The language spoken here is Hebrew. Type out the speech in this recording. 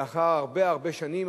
לאחר הרבה-הרבה שנים,